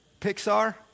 Pixar